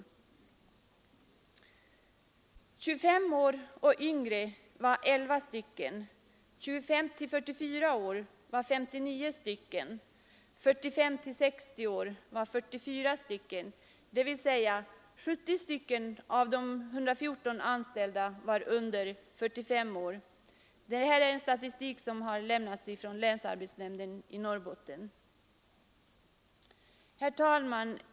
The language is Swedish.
I åldrarna 25 år och yngre var 11 anställda, 25—44 år 59 anställda, 45—60 år 44 anställda, dvs. 70 av de 114 anställda var under 45 år. Statistiken är från länsarbetsnämnden i Norrbotten. Herr talman!